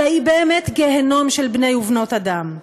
אלא היא באמת גיהינום של בני ובנות אדם.